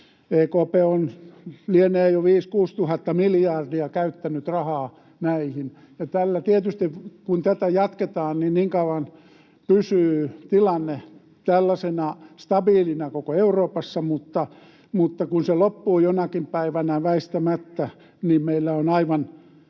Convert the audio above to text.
EKP lienee jo 5 000—6 000 miljardia käyttänyt rahaa näihin, ja tietysti niin kauan kuin tätä jatketaan, niin kauan pysyy tilanne stabiilina koko Euroopassa, mutta kun se loppuu jonakin päivänä väistämättä, niin meillä on aivan